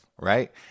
right